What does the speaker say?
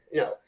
no